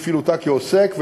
בפעילותה כעוסק,